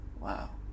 wow